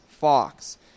fox